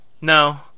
No